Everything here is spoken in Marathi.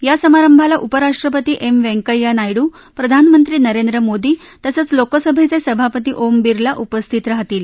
या समारभाला उपराष्ट्रपती एम व्यंकय्या नायडू प्रधानमंत्री नरेंद्र मोदी तसंच लोकसभेचे सभापती ओम बिर्ला उपस्थित राहतील